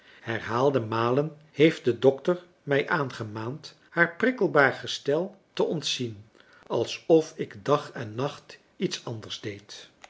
herhaalde malen heeft de dokter mij aangemaand haar prikkelbaar gestel te ontzien alsof ik dag en nacht iets anders deed